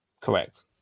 correct